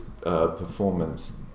performance